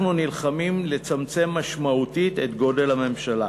אנחנו נלחמים לצמצם משמעותית את גודל הממשלה.